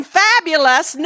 fabulous